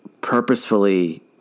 purposefully